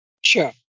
Sure